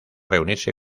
reunirse